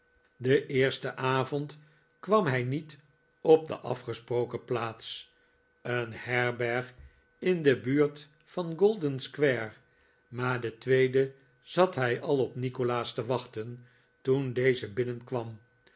den eersten avond kwam hij niet op de afgesproken plaats een herberg in de buurt van golden-square j maar den tweeden zat hij al op nikolaas te wachten toen deze binnenkwam